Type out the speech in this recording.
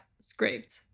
scraped